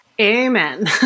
Amen